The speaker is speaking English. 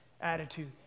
attitude